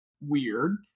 weird